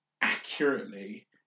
accurately